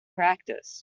practice